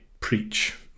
preach